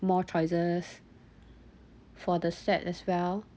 more choices for the set as well